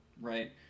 right